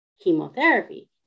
chemotherapy